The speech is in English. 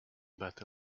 betty